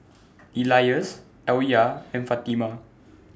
Elyas Alya and Fatimah